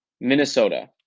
Minnesota